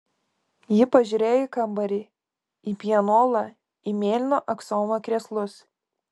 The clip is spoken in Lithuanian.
ji pažiūrėjo į kambarį į pianolą į mėlyno aksomo krėslus